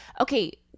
Okay